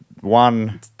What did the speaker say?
one